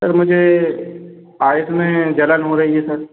sir मुझे eyes में जलन हो रही है सर